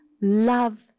love